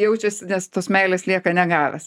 jaučiasi nes tos meilės lieka negavęs